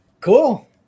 Cool